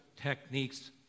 techniques